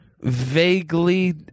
vaguely